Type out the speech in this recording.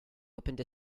opened